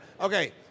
Okay